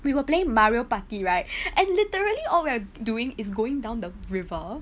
we were play mario party right and literally all we're doing is going down the river